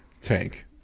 tank